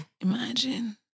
Imagine